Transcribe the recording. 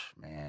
man